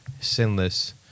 sinless